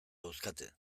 dauzkate